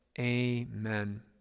amen